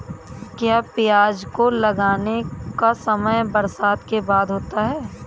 क्या प्याज को लगाने का समय बरसात के बाद होता है?